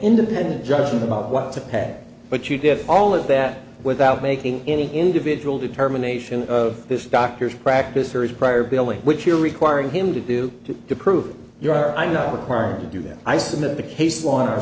independent judgment about what to pack but you did all of that without making any individual determination of this doctor's practice or his prior billing which you're requiring him to do to prove your i'm not required to do that i submit the case law in our